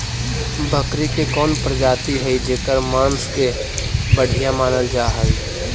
बकरी के कौन प्रजाति हई जेकर मांस के बढ़िया मानल जा हई?